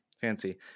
fancy